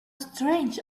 strange